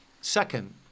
Second